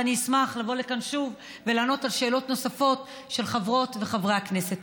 ואני אשמח לבוא לכאן שוב ולענות על שאלות נוספות של חברות וחברי הכנסת.